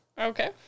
Okay